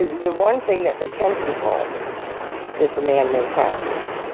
the one thing that they can control is the manmade factors.